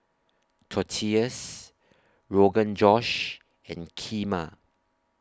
Tortillas Rogan Josh and Kheema